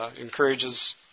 encourages